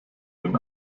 den